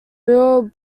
beryl